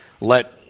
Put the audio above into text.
let